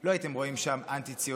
לא הייתם רואים שם אנטי-ציונים,